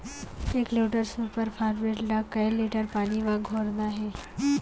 एक litre superphosphate ला कए लीटर पानी मा घोरना हे?